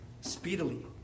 speedily